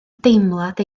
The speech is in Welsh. deimlad